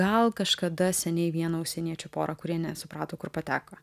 gal kažkada seniai vieną užsieniečių porą kurie nesuprato kur pateko